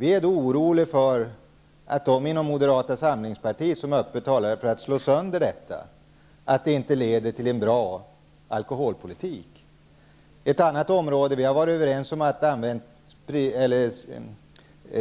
Vi är oroliga för de krafter inom Moderata samlingspartiet som öppet talar för att slå sönder detta. Vi tror inte att det leder till en bra alkoholpolitik. Ett annat område där vi har varit överens gäller att använda